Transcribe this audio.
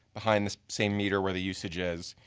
behind the same meter where the usage is.